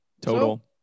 Total